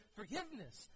forgiveness